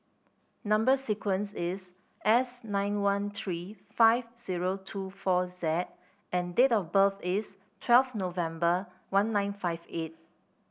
number sequence is S nine one three five zero two four Z and date of birth is twelve November one nine five eight